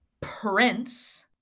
Prince